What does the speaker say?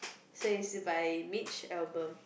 so it's by Mitch-Albom